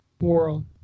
world